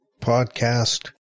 podcast